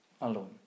alone